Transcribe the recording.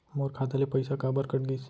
मोर खाता ले पइसा काबर कट गिस?